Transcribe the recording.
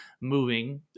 moving